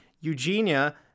eugenia